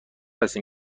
هستیم